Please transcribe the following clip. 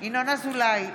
ינון אזולאי,